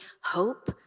hope